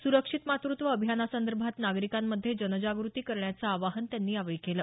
सुरक्षित मातृत्व अभियानासंदर्भात नागरिकांमध्ये जनजागृती करण्याचं आवाहन त्यांनी यावेळी केलं